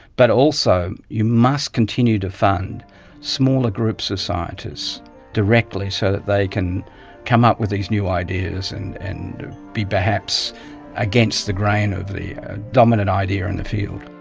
but also you must continue to fund smaller groups of scientists directly so that they can come up with these new ideas and and be perhaps against the grain of the dominant idea in the field.